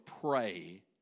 pray